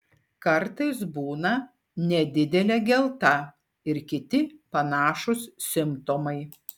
kartais būna nedidelė gelta ir kiti panašūs simptomai